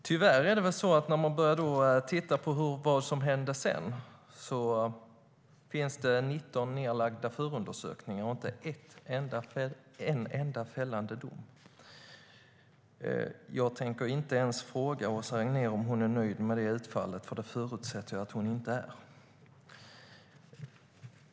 Tyvärr är det så att när man börjar titta på vad som hände sedan ser man att det finns 19 nedlagda förundersökningar och inte en enda fällande dom. Jag tänker inte ens fråga Åsa Regnér om hon är nöjd med utfallet, för det förutsätter jag att hon inte är.